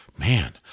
man